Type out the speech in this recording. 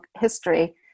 history